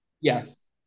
Yes